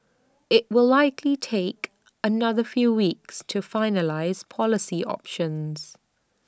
IT will likely take another few weeks to finalise policy options